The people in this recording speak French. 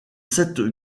sept